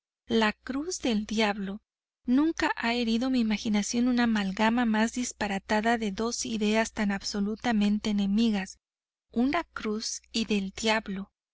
la cruz del diablo nunca ha herido mi imaginación una amalgama más disparatada de dos ideas tan absolutamente enemigas una cruz y del diablo